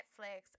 Netflix